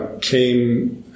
came